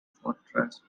fortress